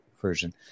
version